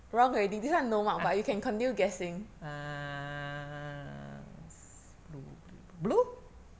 ah err s~ blu~ blu~ blue